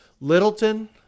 Littleton